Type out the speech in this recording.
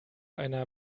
einer